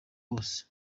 bose